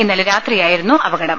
ഇന്നലെ രാത്രിയായിരുന്നു അപ കടം